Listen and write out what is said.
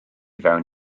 fewn